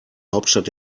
hauptstadt